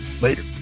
later